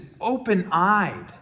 open-eyed